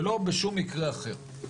ולא בשום מקרה אחר.